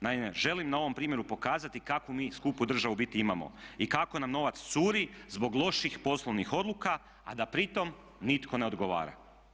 Naime, želim na ovom primjeru pokazati kakvu mi skupu državu u biti imamo i kako nam novac curi zbog loših poslovnih odluka a da pri tome nitko ne odgovara.